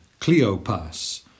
Cleopas